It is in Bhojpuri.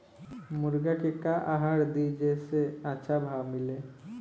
मुर्गा के का आहार दी जे से अच्छा भाव मिले?